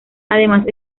además